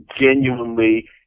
genuinely